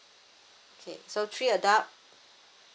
okay so three adult